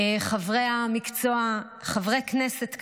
חברי המקצוע, חברי כנסת כאן,